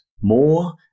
more